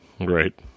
Right